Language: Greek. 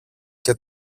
και